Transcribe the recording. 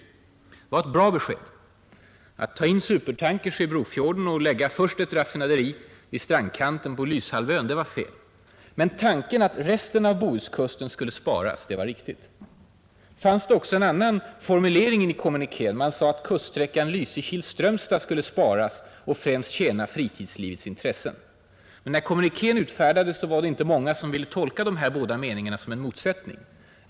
Det var ett bra besked. Att ta in supertankers i Brofjorden och lägga ett raffinaderi vid strandkanten på Lysehalvön var fel. Men tanken att resten av Bohuskusten skulle sparas, den var riktig. Nu fanns det också en annan formulering i kommunikén. Man sade att ”kuststräckan Lysekil—-Strömstad” skulle sparas och främst ”tjäna fritidslivets intressen”. När kommunikén utfärdades så var det inte många som ville tolka de här båda meningarna som en motsättning.